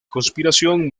conspiración